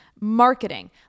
marketing